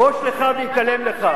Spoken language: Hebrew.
אתה מרשה שתושב שכם יקנה ביפו?